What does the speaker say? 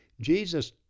Jesus